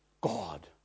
God